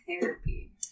therapy